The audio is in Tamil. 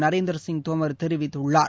நரேந்திர சிங் தோமர் தெரிவித்துள்ளார்